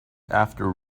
after